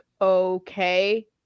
okay